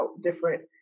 different